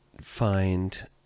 find